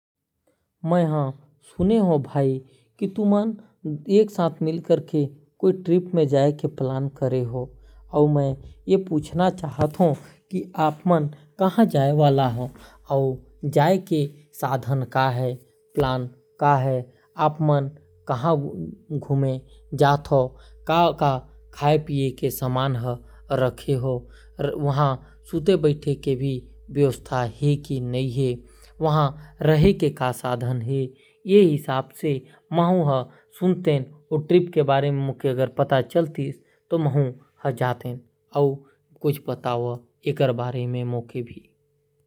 मैं ह सुने हों भाई की तुमन मिलके एक साथ कोई ट्रिप में जाए वाला ह। तो जाए के का साधन है कहा घूमे जाथा घूमे के का जगह है खाए पीए बर का रखे ह। आऊ कुछ बताओ फिर मैं हूं जहु तुमने संग।